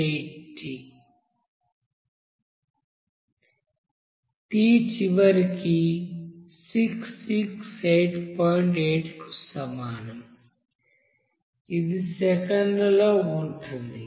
8 కు సమానం ఇది సెకన్లలో ఉంటుంది